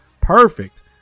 perfect